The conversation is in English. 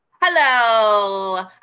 Hello